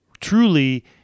truly